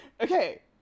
okay